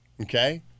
Okay